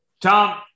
Tom